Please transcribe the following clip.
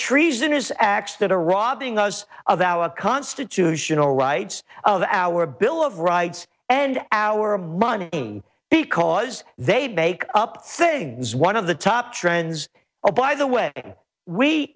treasonous acts that are robbing us of our constitutional rights of our bill of rights and our money because they'd make up things one of the top trends or by the way we